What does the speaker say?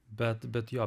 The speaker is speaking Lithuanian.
bet bet jo